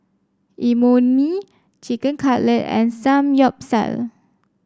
Imoni Chicken Cutlet and Samgyeopsal